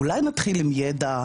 אולי נתחיל עם ידע?